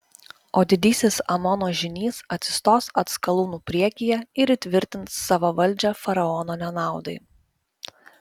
o didysis amono žynys atsistos atskalūnų priekyje ir įtvirtins savo valdžią faraono nenaudai